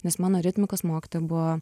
nes mano ritmikos mokytoja buvo